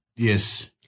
Yes